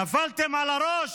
נפלתם על הראש?